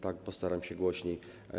Tak, postaram się głośniej.